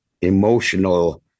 emotional